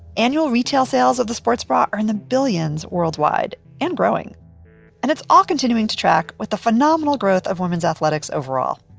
annual retail sales of the sports bra are in the billions worldwide and growing and it's all continuing to track with the phenomenal growth of women's athletics overall.